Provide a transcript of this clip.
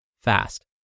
fast